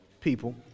people